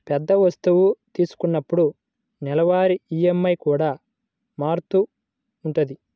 పెద్ద వస్తువు తీసుకున్నప్పుడు నెలవారీ ఈఎంఐ కూడా మారుతూ ఉంటది